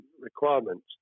requirements